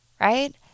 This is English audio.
right